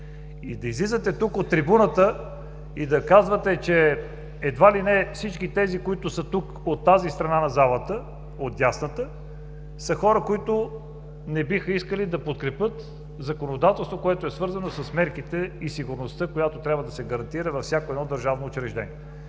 Да излизате тук от трибуната и да казвате, че едва ли не всички тези, които са тук, от тази страна на залата, от дясната, са хора, които не биха искали да подкрепят законодателство, което е свързано с мерките и сигурността, която трябва да се гарантира във всяко едно държавно учреждение,